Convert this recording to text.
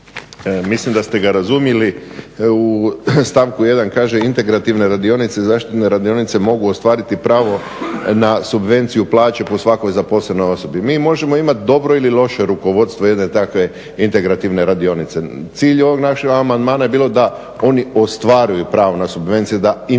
mislim da ste ga razumjeli, u stavku 1. kaže integrativna radionica i zaštitna radionica mogu ostvariti pravo na subvenciju plaće po svakoj zaposlenoj osobi. Mi možemo imat dobro ili loše rukovodstvo jedne takve integrativne radionice. Cilj ovog našeg amandmana je bilo da oni ostvaruju pravo na subvencije, da